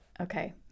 Okay